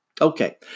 Okay